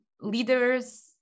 leaders